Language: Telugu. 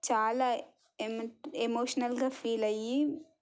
చాలా ఏమంటారు ఎమోషనల్గా ఫీల్ అయ్యి